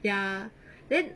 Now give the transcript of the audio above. ya then